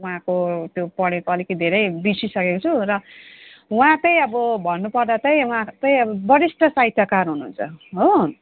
उहाँको त्यो पढेको अलिक धेरै बिर्सिसकेको छु र उहाँ चाहिँ अब भन्नुपर्दा चाहिँ उहाँ चाहिँ अब वरिष्ठ साहित्यकार हुनुहुन्छ हो